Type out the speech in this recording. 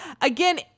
again